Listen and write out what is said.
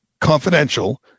confidential